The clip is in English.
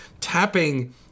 tapping